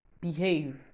behave